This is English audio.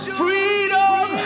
freedom